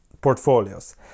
portfolios